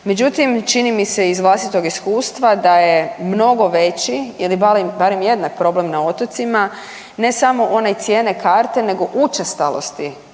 Međutim, čini mi se iz vlastitog iskustva da je mnogo veći ili barem jednak problem na otocima ne samo one cijene karte, nego učestalosti otočnog